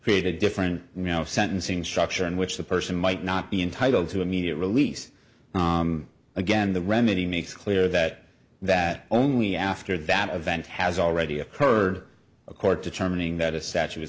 create a different sentencing structure in which the person might not be entitled to immediate release again the remedy makes clear that that only after that event has already occurred a court determining that a statute is